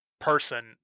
person